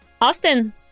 Austin